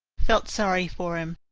felt sorry for him,